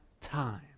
time